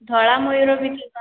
ଧଳା ମୟୂର ବି ଥିସନ୍ ହେନ